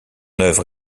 œuvre